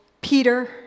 Peter